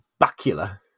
Bacula